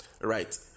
right